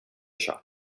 shop